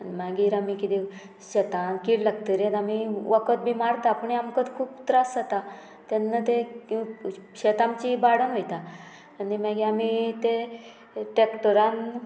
आनी मागीर आमी किदें शेतां कीड लागतरी आमी वखद बी मारता पूण आमकां खूब त्रास जाता तेन्ना ते शेत आमची इबाडून वयता आनी मागीर आमी ते ट्रॅक्टरान